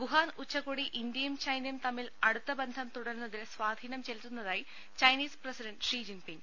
Wuhan ഉച്ചകോടി ഇന്ത്യയും ചൈനയും തമ്മിൽ അടുത്ത ബന്ധം തുടരുന്നതിൽ സ്വാധീനം ചെലുത്തുന്നതായി ചൈനീസ് പ്രസിഡന്റ് ഷീജിൻപിങ്